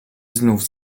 znów